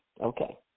Okay